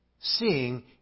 Seeing